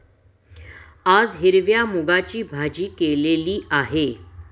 आज हिरव्या मूगाची भाजी केलेली आहे